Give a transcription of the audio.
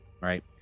Right